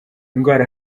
ndwara